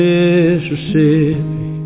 Mississippi